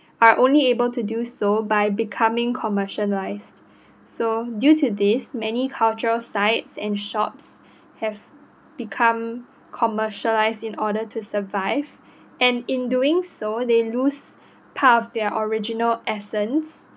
are only able to do so by becoming commercialised so due to this many cultural sites and shops have become commercialised in order to survive and in doing so they lose part of their original essence